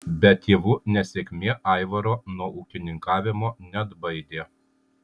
bet tėvų nesėkmė aivaro nuo ūkininkavimo neatbaidė